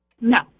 No